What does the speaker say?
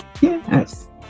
Yes